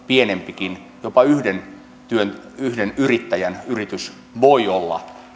pienempikin jopa yhden yrittäjän yritys voi olla